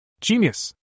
Genius